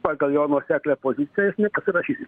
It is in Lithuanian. pagal jo nuoseklią poziciją jis nepasirašys